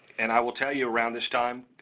and i will tell you around this time,